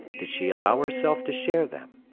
did she allow herself to share them?